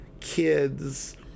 kids